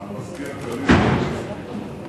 המזכיר הכללי של ה-OECD.